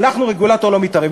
אנחנו רגולטור לא מתערב.